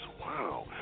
Wow